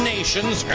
Nations